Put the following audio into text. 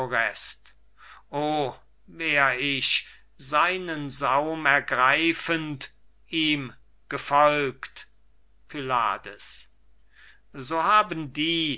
o wär ich seinen saum ergreifend ihm gefolgt pylades so haben die